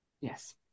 Yes